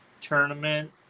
tournament